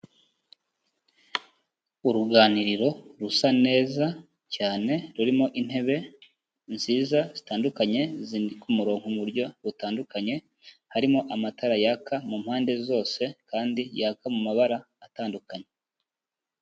Uruganiriro rusa neza cyane rurimo intebe nziza zitandukanye ziri ku murongo mu buryo butandukanye, harimo amatara yaka mu mpande zose kandi yaka mu mabara atandukanye.